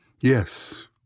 Yes